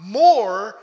more